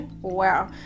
Wow